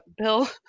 Bill